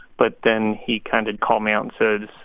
but then he kind of called me out and said,